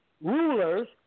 rulers